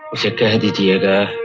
day. and